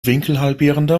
winkelhalbierende